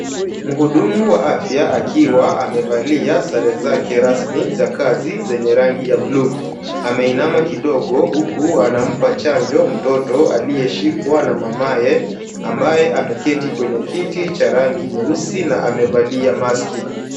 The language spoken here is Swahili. Mhudumu wa afya akiwa amevalia sare zake rasmi za kazi zenye rangi ya bluu, ameinama kidogo huku anampa chanjo mtoto aliyeshikwa na mamaye ambaye ameketi kwenye kiti cha rangi nyeusi na amevalia maski.